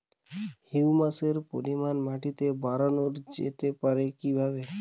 হিউমাসের পরিমান মাটিতে বারানো যেতে পারে কি?